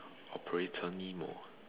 operator nemo